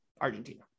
Argentina